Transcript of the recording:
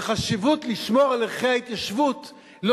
והחשיבות של שמירת ערכי ההתיישבות לא